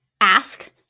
ask